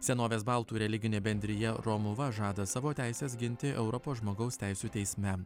senovės baltų religinė bendrija romuva žada savo teises ginti europos žmogaus teisių teisme